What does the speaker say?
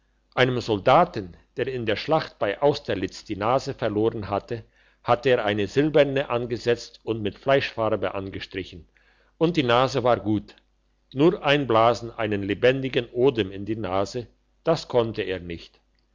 einem soldaten der in der schlacht bei austerlitz die nase verloren hatte hat er eine silberne angesetzt und mit fleischfarbe angestrichen und die nase war gut nur einblasen einen lebendigen odem in die nase das konnte er nicht